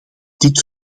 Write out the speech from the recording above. dit